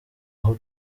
aho